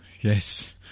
Yes